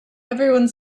everyone